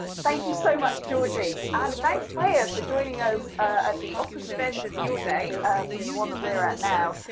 thank you so much georgie, and thanks freya for joining us at the opposite end of your day from the one that we're at now.